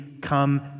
come